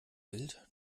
gewillt